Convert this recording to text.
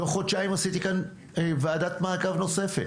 תוך חודשיים עשיתי כאן וועדת מעקב נוספת